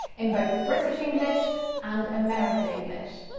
in both british english and american english.